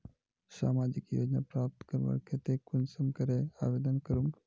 सामाजिक योजना प्राप्त करवार केते कुंसम करे आवेदन करूम?